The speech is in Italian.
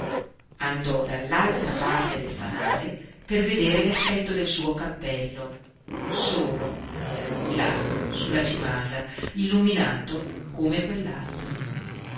andò dall'altra parte del fanale per vedere l'effetto del suo cappello solo là su la cimasa illuminato come